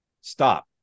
Stop